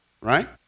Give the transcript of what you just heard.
Right